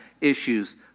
issues